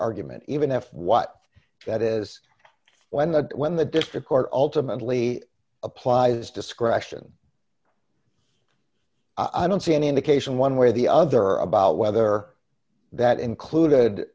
argument even if what that is when the when the district court ultimately applies discretion i don't see any indication one way or the other about whether that included